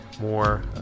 more